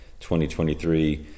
2023